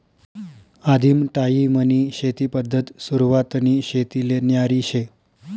आदिम टायीमनी शेती पद्धत सुरवातनी शेतीले न्यारी शे